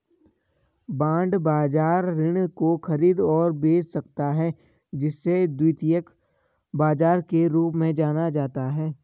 bond बाजार ऋण को खरीद और बेच सकता है जिसे द्वितीयक बाजार के रूप में जाना जाता है